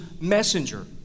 messenger